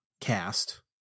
cast